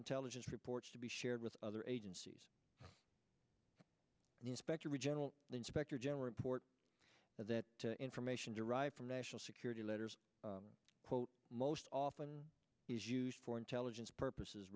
intelligence reports to be shared with other agencies inspector general the inspector general report that information derived from national security letters quote most often is used for intelligence purposes